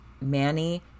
Manny